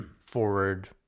forward